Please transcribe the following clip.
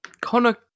Connor